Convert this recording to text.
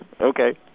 Okay